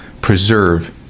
preserve